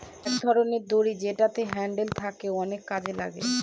এক ধরনের দড়ি যেটাতে হ্যান্ডেল থাকে অনেক কাজে লাগে